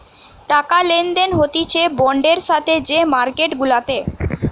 টাকা লেনদেন হতিছে বন্ডের সাথে যে মার্কেট গুলাতে